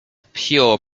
pure